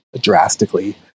drastically